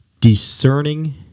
discerning